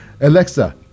Alexa